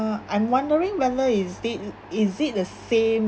uh I'm wondering whether is it is it the same